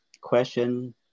question